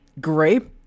Grape